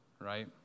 right